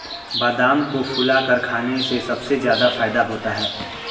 बादाम को फुलाकर खाने से सबसे ज्यादा फ़ायदा होता है